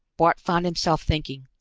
bart found himself thinking,